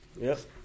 Yes